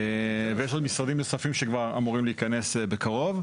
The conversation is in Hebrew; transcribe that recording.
ויש עוד משרדים נוספים שכבר אמורים להיכנס בקרוב.